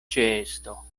ĉeesto